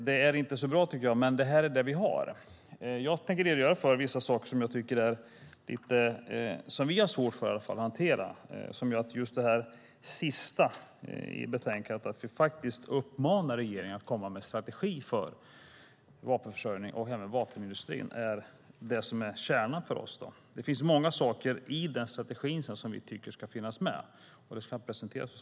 Det är inte så bra, men det här är det vi har. Jag tänker redogöra för vissa saker som vi har svårt att hantera. Det gäller just det sista i betänkandet, att vi uppmanar regeringen att komma med en strategi för vapenförsörjningen och vapenindustrin. Det är det som är kärnan för oss. Det är många saker i den strategin som vi tycker ska finnas med, och det ska jag presentera här.